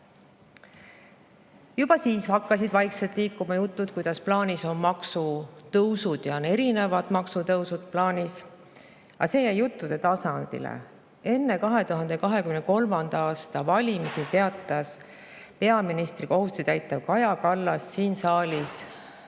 Juba siis hakkasid vaikselt liikuma jutud, et plaanis on maksutõusud, erinevad maksutõusud, aga see jäi juttude tasandile. Enne 2023. aasta valimisi teatas peaministri kohustusi täitnud Kaja Kallas siin saalis selgelt: